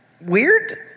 Weird